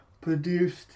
produced